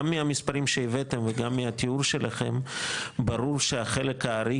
גם מהמספרים שהבאתם וגם מהתיאור שלכם ברור שהחלק הארי